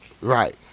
Right